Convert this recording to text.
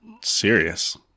serious